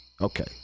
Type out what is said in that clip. okay